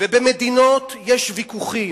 ובמדינות יש ויכוחים,